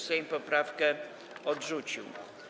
Sejm poprawkę odrzucił.